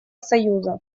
союза